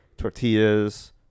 Tortillas